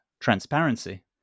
transparency